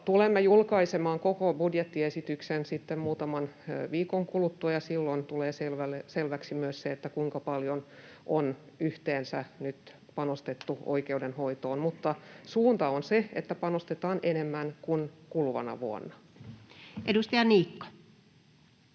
tulemme julkaisemaan koko budjettiesityksen sitten muutaman viikon kuluttua, ja silloin tulee selväksi myös se, kuinka paljon on yhteensä nyt panostettu oikeudenhoitoon, mutta suunta on se, että panostetaan enemmän kuin kuluvana vuonna. [Speech 17]